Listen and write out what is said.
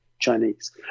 Chinese